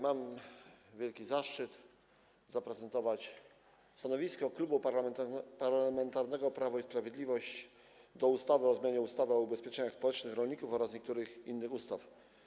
Mam wielki zaszczyt zaprezentować stanowisko Klubu Parlamentarnego Prawo i Sprawiedliwość wobec ustawy o zmianie ustawy o ubezpieczeniu społecznym rolników oraz niektórych innych ustaw.